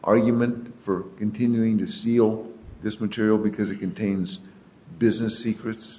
argument for continuing to seal this material because it contains business secrets